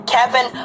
Kevin